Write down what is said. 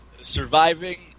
surviving